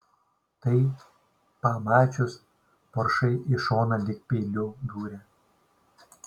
tai pamačius poršai į šoną lyg peiliu dūrė